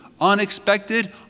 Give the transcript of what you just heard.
unexpected